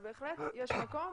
בהחלט יש מקום